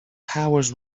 powers